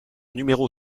numéro